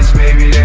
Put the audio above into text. maybe